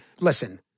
Listen